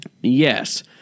Yes